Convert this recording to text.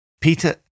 Peter